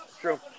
True